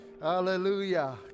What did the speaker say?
Hallelujah